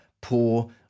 poor